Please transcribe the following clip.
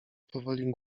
powoli